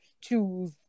choose